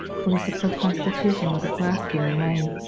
for his superb constitution was at last giving way.